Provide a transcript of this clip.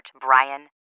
Brian